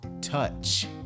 touch